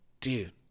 dude